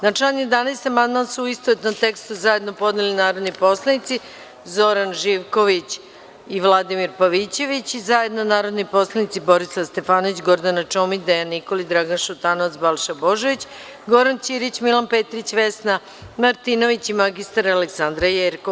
Na član 11. amandman su u istovetnom tekstu zajedno podneli narodni poslanici Zoran Živković i Vladimir Pavićević i zajedno narodni poslanici Borislav Stefanović, Gordana Čomić, Dejan Nikolić, Dragan Šutanovac, Balša Božović, Goran Ćirić, Milan Petrić, Vesna Martinović i mr Aleksandra Jerkov.